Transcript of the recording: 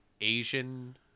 Asian